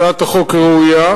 הצעת החוק ראויה.